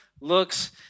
looks